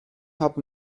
habe